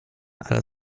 ale